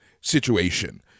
situation